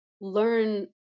learn